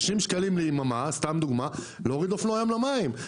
60 שקלים ליממה כדי להוריד אופנוע ים למים,